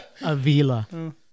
Avila